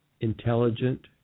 intelligent